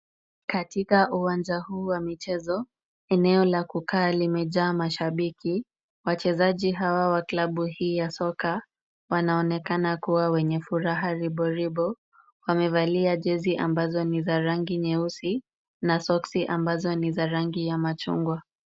Katika uwanja huu wa michezo eneo la kukaa limejaa mashabiki. Wachezaji hawa wa klabu hii ya soka wanaonekana kuwa wenye furaha riboribo. Wamevalia jezi ambazo ni za rangi nyeusi na soksi ambazo ni za rangi ya machungwa.